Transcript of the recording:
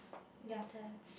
your turn